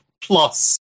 plus